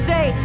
Say